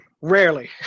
Rarely